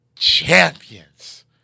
champions